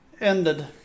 Ended